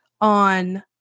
on